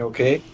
Okay